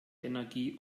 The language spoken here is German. energie